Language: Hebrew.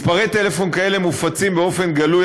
מספרי טלפון כאלה מופצים באופן גלוי,